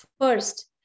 first